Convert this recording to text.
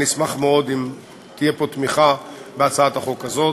אשמח מאוד אם תהיה פה תמיכה בהצעת החוק הזאת,